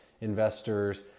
investors